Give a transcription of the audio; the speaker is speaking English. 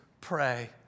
pray